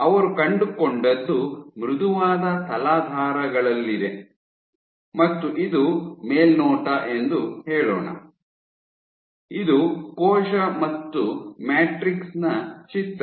ಅವರು ಕಂಡುಕೊಂಡದ್ದು ಮೃದುವಾದ ತಲಾಧಾರಗಳಲ್ಲಿದೆ ಮತ್ತು ಇದು ಮೇಲ್ನೋಟ ಎಂದು ಹೇಳೋಣ ಇದು ಕೋಶ ಮತ್ತು ಮ್ಯಾಟ್ರಿಕ್ಸ್ ನ ಚಿತ್ರ